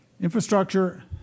Infrastructure